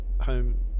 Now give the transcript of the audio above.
home